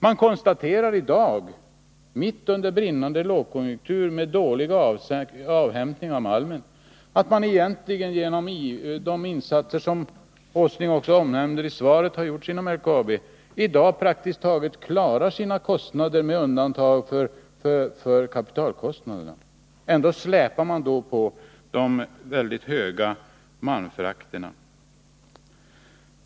Man konstaterar i dag, mitt under brinnande lågkonjunktur med dålig avsättning för malmen, att man genom de insatser som — statsrådet nämner dem också i svaret — har gjorts inom LKAB praktiskt taget klarar sina kostnader med undantag av kapitalkostnaderna. Ändå släpar man på de väldigt höga malmfraktkostnaderna.